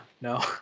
no